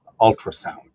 ultrasound